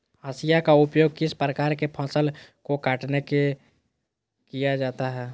हाशिया का उपयोग किस प्रकार के फसल को कटने में किया जाता है?